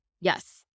Yes